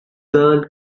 girl